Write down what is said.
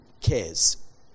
cares